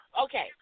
okay